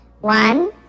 One